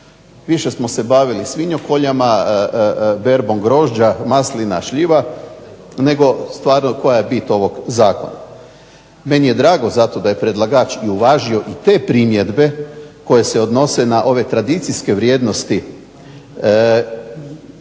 Više smo se bavili svinjokoljama, berbom grožđa, maslina, šljiva nego stvarno koja je bit ovog zakona. Meni je drago zato da je predlagač i uvažio i te primjedbe koje se odnose i na ove tradicijske vrijednosti